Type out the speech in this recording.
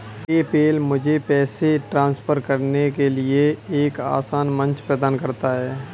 PayPal मुझे पैसे transfer करने के लिए एक आसान मंच प्रदान करता है